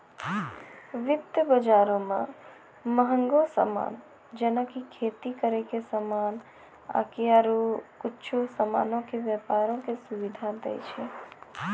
वित्त बजारो मे मंहगो समान जेना कि खेती करै के समान आकि आरु कुछु समानो के व्यपारो के सुविधा दै छै